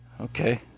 Okay